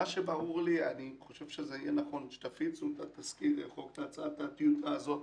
אני חושב שזה יהיה נכון שתפיצו את תזכיר החוק והצעת הטיוטה הזאת.